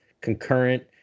concurrent